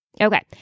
Okay